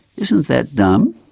isn't that dumb?